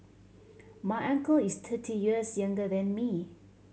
my uncle is thirty years younger than me